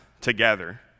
together